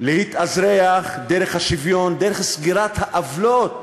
להתאזרח דרך השוויון, דרך סגירת העוולות.